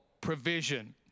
provision